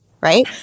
right